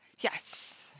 Yes